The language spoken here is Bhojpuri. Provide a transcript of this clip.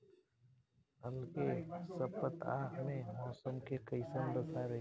अलगे सपतआह में मौसम के कइसन दशा रही?